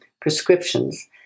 prescriptions